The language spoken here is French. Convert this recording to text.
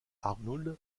arnould